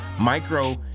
micro